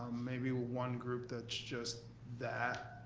maybe one group that's just that,